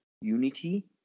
Unity